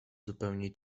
zupełnie